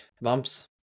Bumps